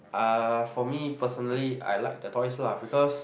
uh for me personally I like the toys lah because